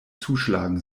zuschlagen